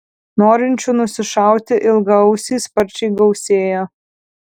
norinčių nusišauti ilgaausį sparčiai gausėja